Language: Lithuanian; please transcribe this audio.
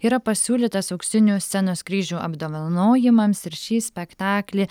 yra pasiūlytas auksinių scenos kryžių apdovanojimams ir šį spektaklį